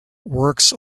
works